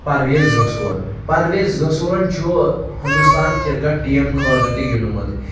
پرویز رسوٗل پرویز رسوٗلن چھُ Hindustan cricket team خٲطرٕ تہِ گِنٛدٕمُت